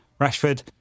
Rashford